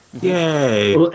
Yay